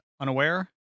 unaware